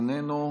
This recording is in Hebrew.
איננו,